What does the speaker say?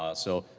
ah so